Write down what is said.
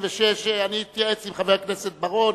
אני אתייעץ עם חבר הכנסת בר-און,